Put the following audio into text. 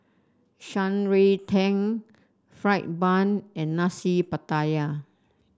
Shan Rui Tang fried bun and Nasi Pattaya